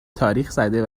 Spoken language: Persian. تاریخزده